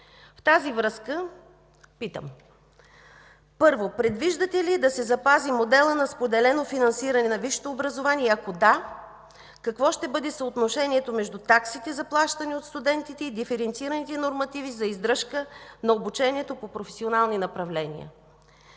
В тази връзка питам: първо, предвиждате ли да се запази моделът на споделено финансиране на висшето образование и ако – да, какво ще бъде съотношението между таксите за плащане от студените и диференцираните нормативи за издръжка на обучението по професионални направления?